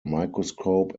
microscope